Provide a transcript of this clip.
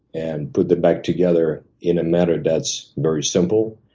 and put them back together in a manner that's very simple,